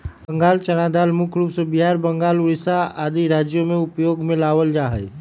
बंगाल चना दाल मुख्य रूप से बिहार, बंगाल, उड़ीसा आदि राज्य में उपयोग में लावल जा हई